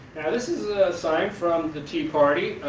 now, this is a sign from the tea party,